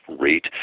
rate